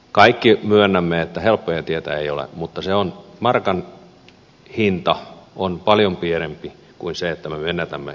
kaikki myönnämme että helppoja teitä ei ole mutta markan hinta on paljon pienempi kuin se että me menetämme itsenäisyytemme